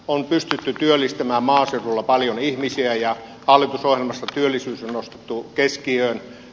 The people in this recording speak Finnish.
oli pystytty työllistämään maaseudulla paljon ihmisiä ja hallitusohjelmassa työllisyys on ostettu keskiöön